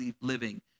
living